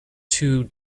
two